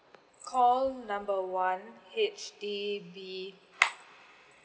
call number one H_D_B